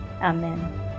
amen